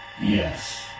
Yes